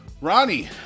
Ronnie